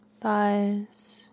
thighs